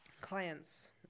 clients